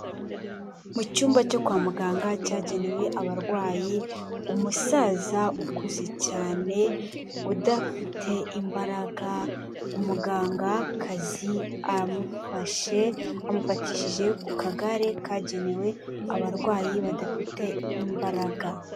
Mu cyumba cyo kwa muganga cyagenewe abarwayi, umusaza ukuze cyane udafite imbaraga, umugangakazi aramufashe, amufatishije ku kagare kagenewe abarwayi badafite imbaraga.